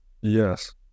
Yes